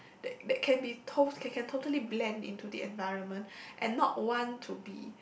that that can be tot~ can can totally blend into the environment and not want to be